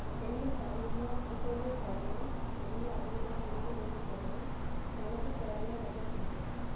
இந்த பெண்களுக்கு அதிகமாக பிடிக்கிறதே சேரீ தான் பெண்கள் அதிகமாக விரும்புவதும் சேரீ தான் எனக்கும் சேரீனா ரொம்ப பிடிக்கும்